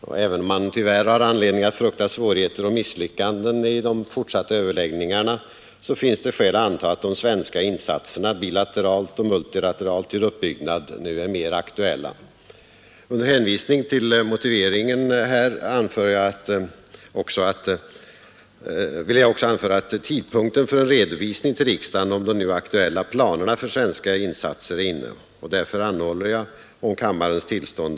Även om man tyvärr har anledning frukta svårigheter och misslyckanden i de fortsatta överläggningarna, finns det skäl att anta att de svenska insatserna bilateralt och multilateralt till uppbyggnad nu är mer aktuella. Den svenska humanitära insatsen bör som huvudprincip ha att hjälp skall ges där behovet är störst. Under en tid kommer förhållandena säkerligen att vara oklara, och en rad svårbemästrade situationer kan komma att uppstå.